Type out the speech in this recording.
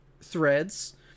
threads